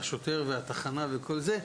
השוטר והתחנה וכל זה,